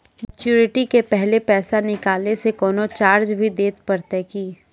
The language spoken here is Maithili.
मैच्योरिटी के पहले पैसा निकालै से कोनो चार्ज भी देत परतै की?